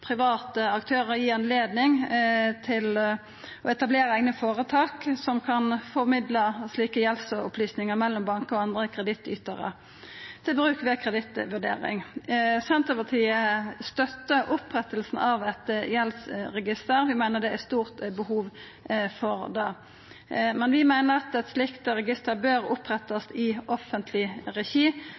private aktørar høve til å etablera eigne føretak som kan formidla slike gjeldsopplysningar mellom bankar og andre kredittytarar, til bruk ved kredittvurdering. Senterpartiet støttar opprettinga av eit gjeldsregister. Vi meiner at det er stort behov for det. Men vi meiner at eit slikt register bør opprettast i offentleg regi,